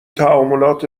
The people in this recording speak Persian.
تعاملات